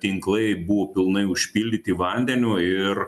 tinklai buvo pilnai užpildyti vandeniu ir